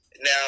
Now